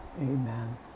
amen